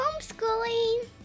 homeschooling